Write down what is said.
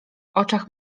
oczach